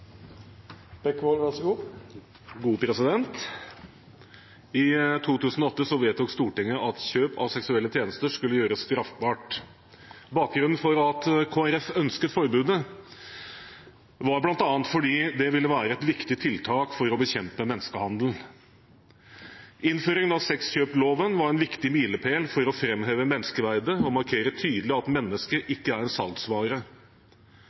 I 2008 vedtok Stortinget at kjøp av seksuelle tjenester skulle gjøres straffbart. Bakgrunnen for at Kristelig Folkeparti ønsket forbudet, var bl.a. at det ville være et viktig tiltak for å bekjempe menneskehandel. Innføringen av sexkjøpsloven var en viktig milepæl for å framheve menneskeverdet og markere tydelig at mennesker ikke er en salgsvare.